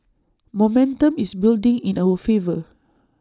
momentum is building in our favour